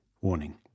Warning